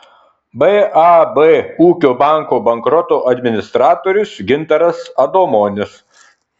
bab ūkio banko bankroto administratorius gintaras adomonis